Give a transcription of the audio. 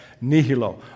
nihilo